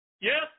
Yes